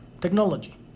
technology